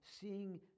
seeing